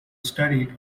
studied